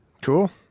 cool